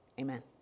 Amen